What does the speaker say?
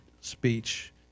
speech